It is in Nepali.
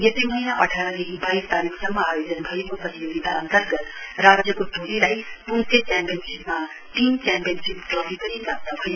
यसै महीना अठारदेखि वाइस तारीकसम्म आयोजन भएको प्रतियोगिता अन्तर्गत राज्यको टोलीलाई पुमसे च्याम्पियनशीपमा टीम च्याम्पियनशीप ट्रफी पनि प्राप्त भयो